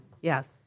Yes